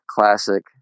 classic